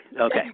Okay